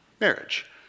marriage